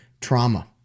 trauma